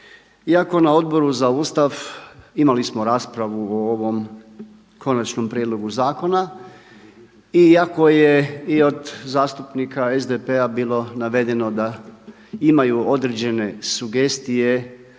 iako na Odboru za Ustav imali smo raspravu o ovom konačnom prijedlogu zakona, iako je i od zastupnika SDP-a bilo navedeno da imaju određene sugestije